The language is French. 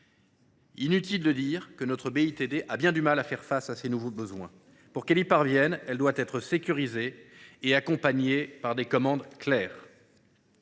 Inutile de dire que notre BITD a bien du mal à faire face à ces nouveaux besoins. Pour qu’elle y parvienne, elle doit être sécurisée et accompagnée par des commandes claires.